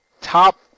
top